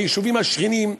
היישובים השכנים,